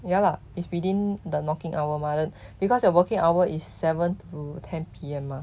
ya lah it's within the marking hour mah the because you're working hour is seven to ten P_M mah